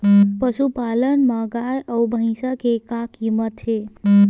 पशुपालन मा गाय अउ भंइसा के का कीमत हे?